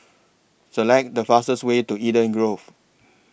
Select The fastest Way to Eden Grove